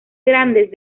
grandes